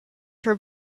her